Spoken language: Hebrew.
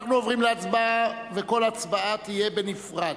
אנחנו עוברים להצבעה וכל הצבעה תהיה בנפרד.